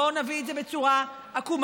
בואו נביא את זה בצורה עקומה,